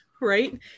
right